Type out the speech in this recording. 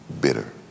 bitter